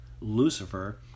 Lucifer